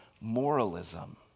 moralism